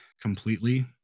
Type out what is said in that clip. completely